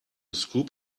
scoop